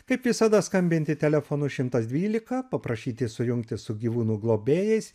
kaip visada skambinti telefonu šimtas dvylika paprašyti sujungti su gyvūnų globėjais